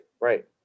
Right